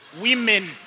women